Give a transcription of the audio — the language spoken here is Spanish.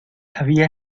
había